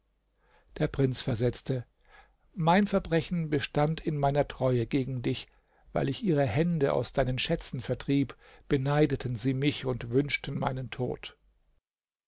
der prinz versetzte mein verbrechen bestand in meiner treue gegen dich weil ich ihre hände aus deinen schätzen vertrieb beneideten sie mich und wünschten meinen tod